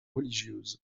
religieuses